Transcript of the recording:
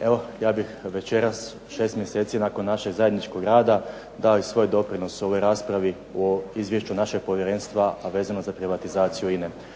Evo ja bih večeras, 6 mjeseci nakon našeg zajedničkog rada dao i svoj doprinos ovoj raspravi u izvješću našeg povjerenstva, a vezano za privatizaciju INA-e.